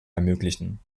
ermöglichen